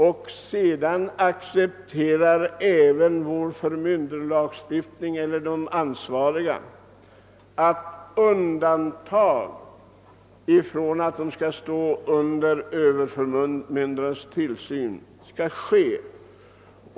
Vår förmynderskapslagstiftning och de ansvariga myndigheterna accepterar att det görs undantag från regeln att omyndi gas förmögenhet skall stå under överförmyndarens tillsyn.